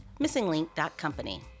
missinglink.company